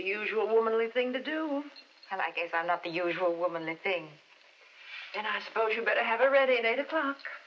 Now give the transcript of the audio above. usual womanly thing to do and i guess i'm not the usual woman the thing and i suppose you better have a ready in eight o'clock